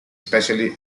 especially